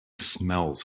smells